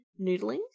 noodling